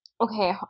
Okay